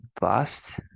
bust